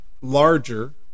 larger